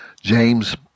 James